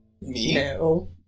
No